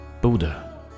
Buddha